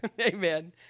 amen